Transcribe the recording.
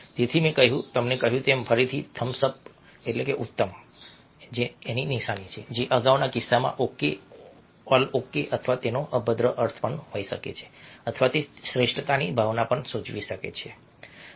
તેથી મેં તમને કહ્યું તેમ ફરીથી થમ્બ્સ અપ ઉત્તમકરો અગાઉના કિસ્સામાં ઓકે ઓલ ઓકે અથવા તેનો અભદ્ર અર્થ હોઈ શકે છે અથવા તે શ્રેષ્ઠતાની ભાવના પણ સૂચવી શકે છે